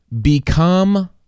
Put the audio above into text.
become